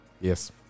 Yes